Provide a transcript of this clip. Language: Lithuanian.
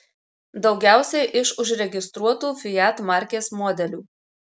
daugiausiai iš užregistruotų fiat markės modelių